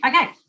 Okay